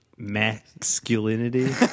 masculinity